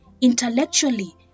intellectually